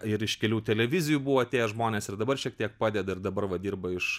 ir iš kelių televizijų buvo atėję žmonės ir dabar šiek tiek padeda ir dabar va dirba iš